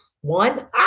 One